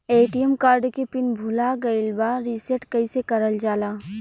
ATM card के PIN भूला गइल बा रीसेट कईसे करल जाला?